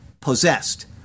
possessed